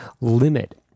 limit